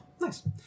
Nice